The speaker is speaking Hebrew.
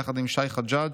יחד עם שי חג'ג',